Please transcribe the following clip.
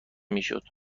میشد